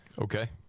Okay